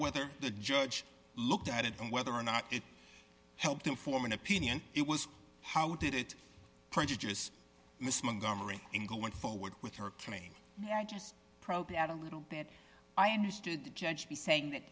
whether the judge looked at it and whether or not it helped him form an opinion it was how did it prejudice miss montgomery in going forward with her claim and i just probiotic a little bit i understood the judge be saying that